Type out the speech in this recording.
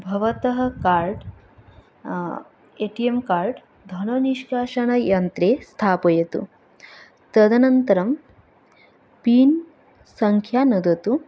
भवतः card A T M card धननिष्कासनयन्त्रे स्थापयतु तदनन्तरं पिन् संङ्ख्या नुदतु